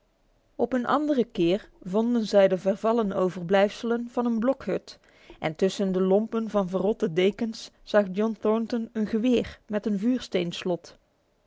op een andere keer vonden zij de vervallen overblijfselen van een blokhuis en tussen de lompen van verrotte dekens zag john thornton een geweer met een vuursteenslot